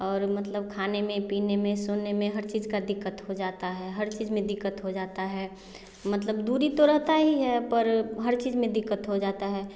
और मतलब खाने में पीने में सोने में हर चीज़ का दिक़्क़त हो जाता है हर चीज़ में दिक़्क़त हो जाता है मतलब दूरी तो रहता ही है पर हर चीज़ में दिक़्क़त हो जाता है